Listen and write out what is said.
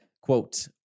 Quote